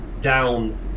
down